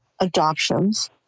adoptions